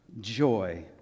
joy